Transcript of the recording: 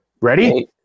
Ready